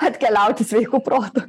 atkeliauti sveiku protu